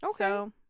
Okay